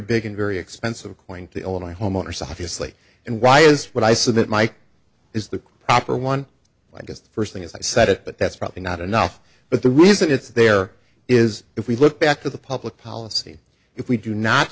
big and very expensive coin to illinois homeowners obviously and why is what i said that mike is the proper one i guess the first thing is i said it but that's probably not enough but the reason it's there is if we look back to the public policy if we do not